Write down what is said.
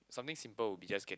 something simple would be just get